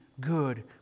good